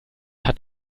hat